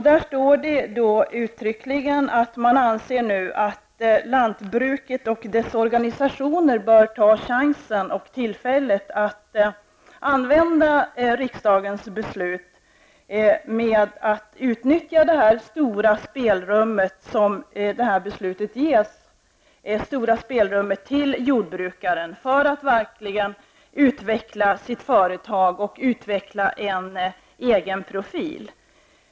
Det står uttryckligen att man nu anser att lantbruket och dess organisationer bör ta chansen och tillfället att utnyttja det stora spelrum som jordbrukaren ges genom detta beslut för att utveckla sitt företag och en egen profil.